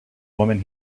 woman